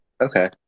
Okay